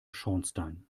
schornstein